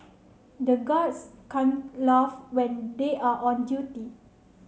the guards can't laugh when they are on duty